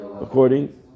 according